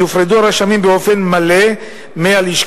יופרדו הרשמים באופן מלא מהלשכה,